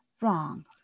wrong